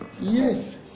Yes